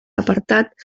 apartat